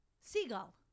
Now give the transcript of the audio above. seagull